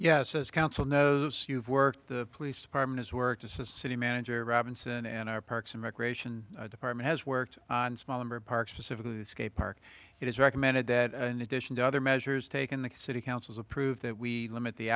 yes as council no you've worked the police department is work to city manager robinson and our parks and recreation department has worked on smaller parks specifically skate park it is recommended that an addition to other measures taken the city council's approved that we limit the